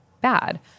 bad